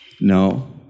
No